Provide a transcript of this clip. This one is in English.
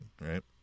right